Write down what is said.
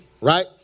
right